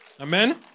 Amen